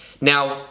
Now